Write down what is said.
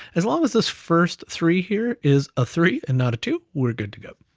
as long as this first three here is a three, and not a two, we're good to go.